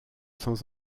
sans